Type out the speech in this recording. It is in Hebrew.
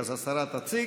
ראשונה,